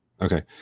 Okay